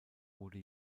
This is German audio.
wurde